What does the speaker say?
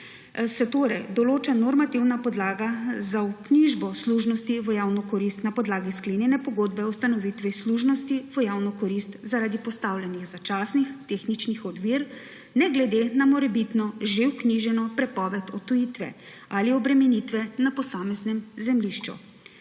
se torej določa normativna podlaga za vknjižbo služnosti v javno korist na podlagi sklenjene pogodbe o ustanovitvi služnosti v javno korist zaradi postavljenih začasnih tehničnih ovir, ne glede na morebitno že vknjiženo prepoved odtujitve ali obremenitve na posameznem zemljišču.